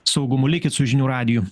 saugumu likit su žinių radiju